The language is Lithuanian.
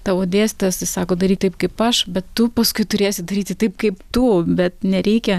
tavo dėstytojas jis sako daryt taip kaip aš bet tu paskui turėsi daryti taip kaip tu bet nereikia